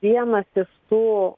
vienas iš tų